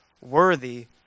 worthy